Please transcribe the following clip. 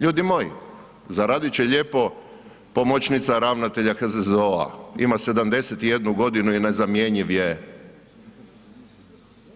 Ljudi moji, zaradit će lijepo pomoćnica ravnatelja HZZO-a ima 71 godinu i nezamjenjiv je